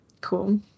Cool